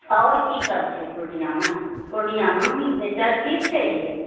आओर की सब छै पूर्णियामे पूर्णिया नामी छै चर्चित छै ई